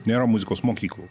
nėra muzikos mokyklų